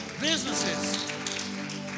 businesses